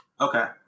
Okay